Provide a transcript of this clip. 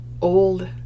old